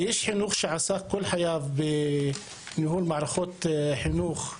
כאיש חינוך שעסק כל חייו בניהול מערכות חינוך,